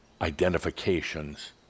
identifications